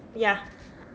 ya